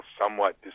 somewhat